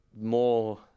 more